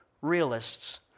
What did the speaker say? realists